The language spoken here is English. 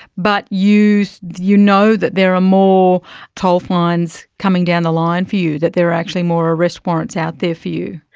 but you know that there are more toll fines coming down the line for you, that there are actually more arrest warrants out there for you?